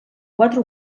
quatre